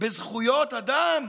בזכויות אדם?